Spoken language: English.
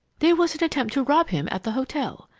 there was an attempt to rob him at the hotel.